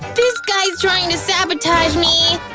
this guy's trying to sabotage me!